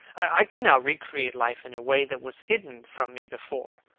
i can now recreate life in a way that was hidden from me before.